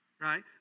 right